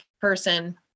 person